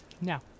Now